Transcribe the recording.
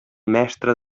mestre